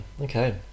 okay